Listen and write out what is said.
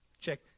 Check